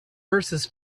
verses